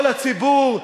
נבוא לציבור,